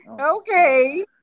okay